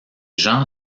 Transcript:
jean